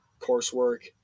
coursework